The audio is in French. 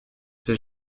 ces